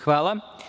Hvala.